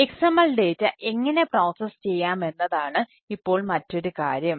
XML data ചെയ്യാമെന്നതാണ് ഇപ്പോൾ മറ്റൊരു കാര്യം